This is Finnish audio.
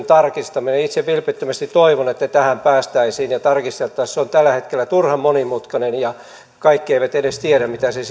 tarkistamisen itse vilpittömästi toivon että tähän päästäisiin ja se tarkistettaisiin se on tällä hetkellä turhan monimutkainen ja kaikki eivät edes tiedä mitä se